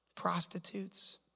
Prostitutes